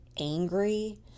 angry